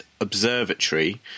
observatory